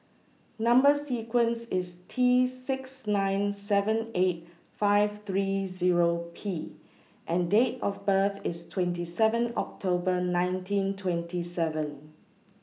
Number sequence IS T six nine seven eight five three Zero P and Date of birth IS twenty seven October nineteen twenty seven